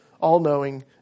all-knowing